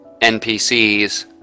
NPCs